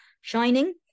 shining